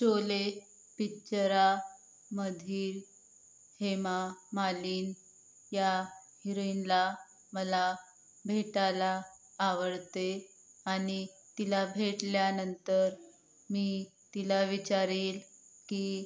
शोले पिक्चरमधील हेमा मालिनी या हिरॉइनला मला भेटायला आवडते आणि तिला भेटल्यानंतर मी तिला विचारेन की